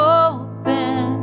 open